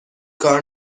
کار